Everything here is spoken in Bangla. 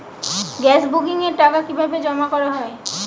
গ্যাস বুকিংয়ের টাকা কিভাবে জমা করা হয়?